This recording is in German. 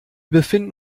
befinden